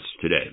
today